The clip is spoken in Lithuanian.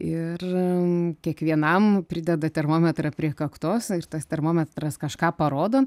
ir kiekvienam prideda termometrą prie kaktos ir tas termometras kažką parodo